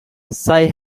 say